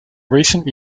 recent